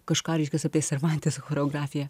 kažką reiškias apie servanteso choreografiją